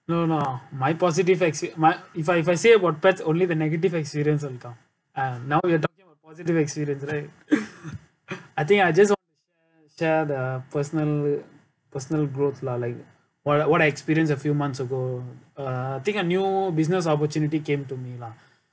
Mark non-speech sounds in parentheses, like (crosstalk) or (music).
no no my positive expe~ my if I if I say about pets only the negative experience will count ah now we're talking about positive experience right (breath) I think I just share the personal personal growth lah like what what I experienced a few months ago uh think a new business opportunity came to me lah